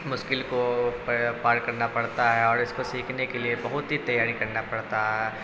مشکل کو پار کرنا پڑتا ہے اور اس کو سیکھنے کے لیے بہت ہی تیاری کرنا پڑتا ہے